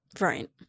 Right